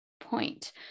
point